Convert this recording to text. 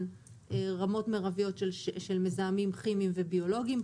רמות מרביות של מזהמים כימיים וביולוגיים,